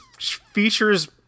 features